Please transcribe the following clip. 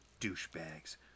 douchebags